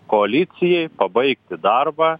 koalicijai pabaigti darbą